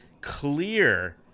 clear